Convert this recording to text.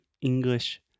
English